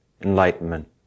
enlightenment